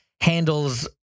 handles